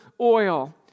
oil